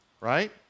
Right